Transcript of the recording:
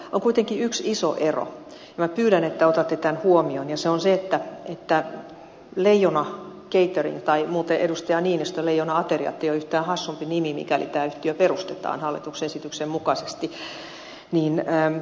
on kuitenkin yksi iso ero ja minä pyydän että otatte tämän huomioon ja se on se että mikäli leijona catering tai muuten edustaja niinistö leijona ateriat ei ole yhtään hassumpi nimi tämä yhtiö perustetaan hallituksen esityksen mukaisesti niin elintarvikehuolto ja näin